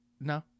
No